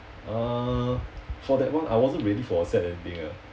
uh for that one I wasn't ready for a sad ending ah